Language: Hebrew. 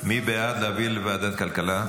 מי בעד להעביר לוועדת הכלכלה?